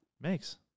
Makes